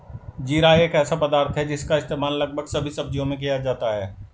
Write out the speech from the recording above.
जीरा एक ऐसा पदार्थ है जिसका इस्तेमाल लगभग सभी सब्जियों में किया जाता है